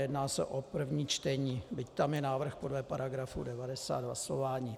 Jedná se o první čtení, byť tam je návrh podle § 90 hlasování.